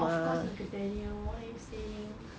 of course எனக்கு தெரியும்:enakku theriyum what are you saying